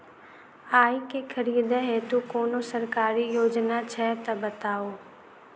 आइ केँ खरीदै हेतु कोनो सरकारी योजना छै तऽ बताउ?